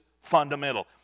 fundamental